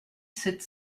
sept